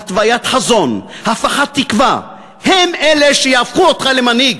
התוויית חזון והפחת תקווה הן אלה שיהפכו אותך למנהיג.